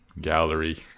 gallery